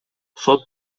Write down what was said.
сот